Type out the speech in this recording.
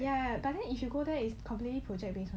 ya but then if you go there is completely project based